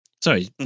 sorry